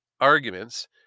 arguments